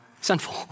sinful